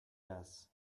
guess